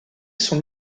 son